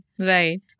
Right